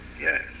Yes